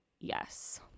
yes